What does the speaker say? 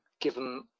given